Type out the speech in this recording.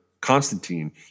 Constantine